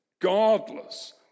godless